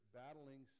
battling